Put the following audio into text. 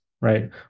right